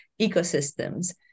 ecosystems